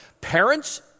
Parents